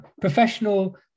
professional